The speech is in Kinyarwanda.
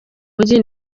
mujyi